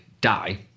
die